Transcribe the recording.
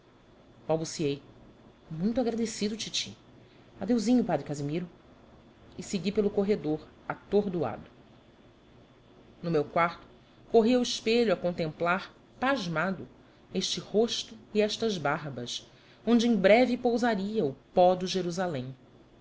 balbuciei muito agradecido titi adeusinho padre casimiro e segui pelo corredor atordoado no meu quarto corri ao espelho a contemplar pasmado este rosto e estas barbas onde em breve pousaria o pó de jerusalém